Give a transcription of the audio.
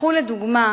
קחו לדוגמה